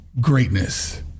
greatness